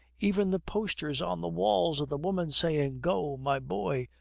even the posters, on the walls, of the woman saying, go, my boy,